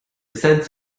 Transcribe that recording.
sense